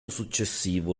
successivo